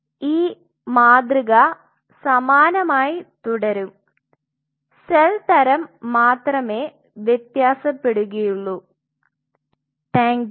ഈ മാതൃക സമാനമായി തുടരും സെൽ തരം മാത്രമേ വ്യത്യാസപ്പെടുകയുള്ളൂ